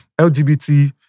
LGBT